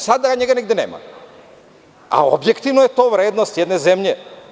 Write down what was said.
Sada ga nigde nema, a objektivno je to vrednost jedne zemlje.